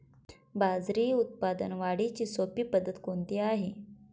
बाजरी उत्पादन वाढीची सोपी पद्धत कोणती आहे?